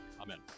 Amen